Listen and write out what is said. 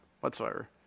whatsoever